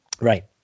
Right